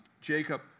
Jacob